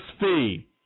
fee